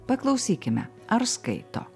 paklausykime ar skaito